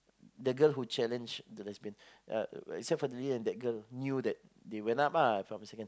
the girl who challenged the lesbian uh except for the leader and that girl knew that they went up ah if I'm not mistaken